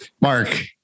Mark